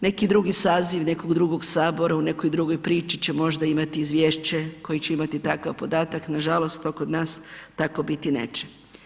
Neki drugi saziv, nekog drugog Sabora, u nekoj drugoj priči će možda imati izvješće koji će imati takav podatak, nažalost to kod nas tako biti neće.